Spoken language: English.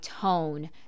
tone